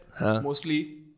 Mostly